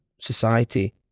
society